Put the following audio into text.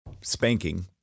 spanking